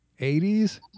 80s